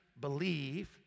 believe